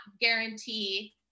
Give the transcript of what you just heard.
guarantee